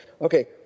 okay